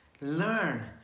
learn